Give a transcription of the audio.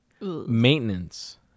maintenance